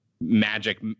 magic